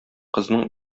кызның